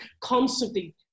constantly